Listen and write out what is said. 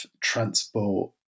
transport